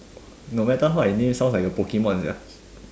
no matter how I name sounds like a Pokemon sia